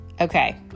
Okay